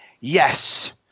Yes